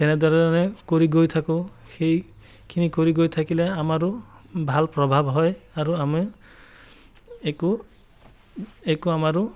তেনেধৰণে কৰি গৈ থাকোঁ সেইখিনি কৰি গৈ থাকিলে আমাৰো ভাল প্ৰভাৱ হয় আৰু আমি একো একো আমাৰো